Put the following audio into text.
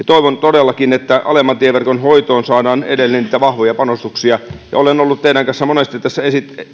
toivon todellakin että alemman tieverkon hoitoon saadaan edelleen vahvoja panostuksia teidän kanssanne on monessa